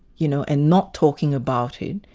you know, and not talking about it,